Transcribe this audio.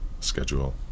schedule